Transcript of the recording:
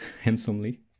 handsomely